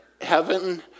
heaven